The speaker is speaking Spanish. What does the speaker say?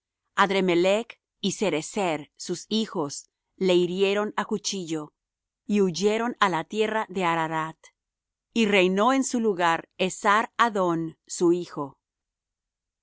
su dios adremelech y sarezer sus hijos le hirieron á cuchillo y huyeron á la tierra de ararat y reinó en su lugar esar hadón su hijo